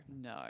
No